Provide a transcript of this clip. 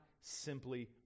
simply